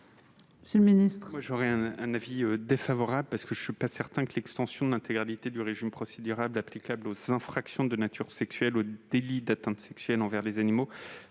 monsieur le ministre,